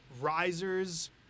risers